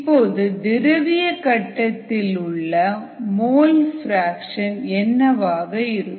இப்போது திரவிய கட்டத்திலுள்ள மோல் பிராக்சன் என்னவாக இருக்கும்